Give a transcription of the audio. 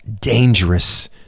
dangerous